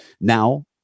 now